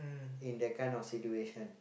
in that kind of situation